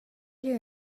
you